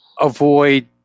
avoid